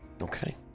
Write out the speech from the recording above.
okay